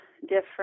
different